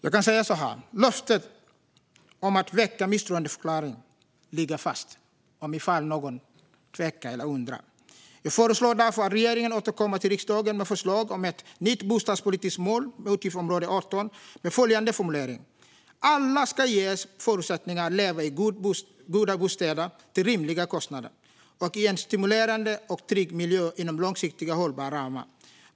Jag kan säga så här: Löftet om att väcka misstroendeförklaring ligger fast om någon tvivlar eller undrar. Vi föreslår därför att regeringen återkommer till riksdagen med förslag om ett nytt bostadspolitiskt mål i utgiftsområde 18, med följande formulering: "Alla ska ges förutsättningar att leva i goda bostäder till rimliga kostnader och i en stimulerande och trygg miljö inom långsiktigt hållbara ramar.